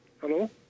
Hello